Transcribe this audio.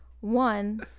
one